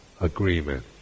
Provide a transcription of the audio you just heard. agreement